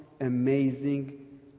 amazing